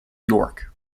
york